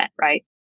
right